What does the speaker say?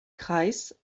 kreis